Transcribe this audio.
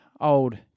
old